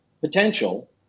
potential